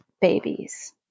babies